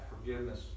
forgiveness